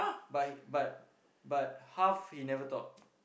but he but but half he never talk